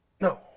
No